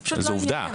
זה פשוט לא יהיה.